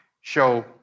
show